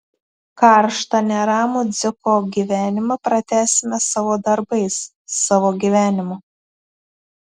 karštą neramų dziko gyvenimą pratęsime savo darbais savo gyvenimu